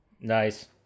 Nice